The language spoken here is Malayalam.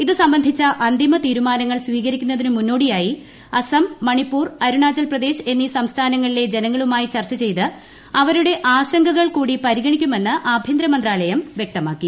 ഇതു സംബന്ധിച്ച അന്തിമ തീരുമാനങ്ങൾ സ്വീക്ടിിക്കുന്നതിന് മുന്നോടിയായി അസം മണിപ്പൂർ അരുണാചൽപ്രദേശ് എന്നീ ക്ഷേസ്ഥാനങ്ങളിലെ ജനങ്ങളുമായി ചർച്ച ചെയ്ത് അവരുടെ ആശങ്കകൾ കൂടി പ്പ് രിഗണിക്കുമെന്ന് ആഭ്യന്തര മന്ത്രാലയം വ്യക്തമാക്കി